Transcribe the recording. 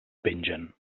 pengen